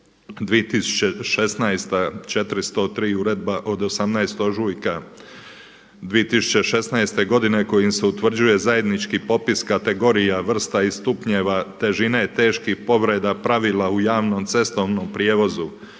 2016. 403 uredbe od 18. ožujka 2016. godine koji se utvrđuje zajednički popis kategorija, vrsta i stupnjeva težine teških povreda, pravila u javnom cestovnom prijevozu